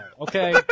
Okay